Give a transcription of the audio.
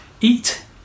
eat